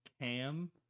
Cam